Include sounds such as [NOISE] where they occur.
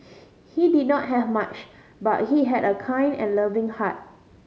[NOISE] he did not have much but he had a kind and loving heart